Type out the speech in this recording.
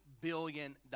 billion